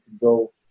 go